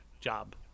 job